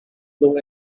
low